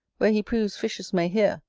where he proves fishes may hear,